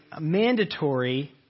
mandatory